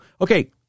Okay